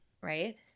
right